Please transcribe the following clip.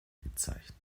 bezeichnet